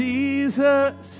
Jesus